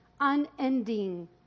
unending